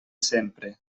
sempre